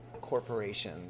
corporation